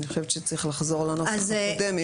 אני חושבת שצריך לחזור לנוסח הקודם.